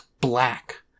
black